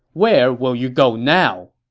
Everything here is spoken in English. where will you go now!